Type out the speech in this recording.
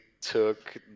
took